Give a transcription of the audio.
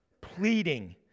pleading